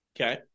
Okay